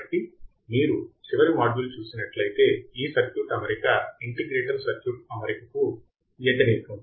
కాబట్టి మీరు చివరి మాడ్యూల్ చూసినట్లయితే ఈ సర్క్యూట్ అమరిక ఇంటిగ్రేటర్ సర్క్యూట్ అమరికకు వ్యతిరేకం